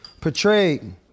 portrayed